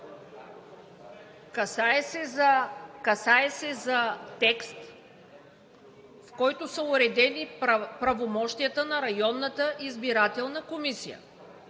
Касае се за текст, в който са уредени правомощията на районната избирателна комисия.